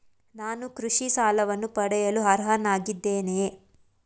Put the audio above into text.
ನಾನು ಕೃಷಿ ಸಾಲವನ್ನು ಪಡೆಯಲು ಅರ್ಹನಾಗಿದ್ದೇನೆಯೇ?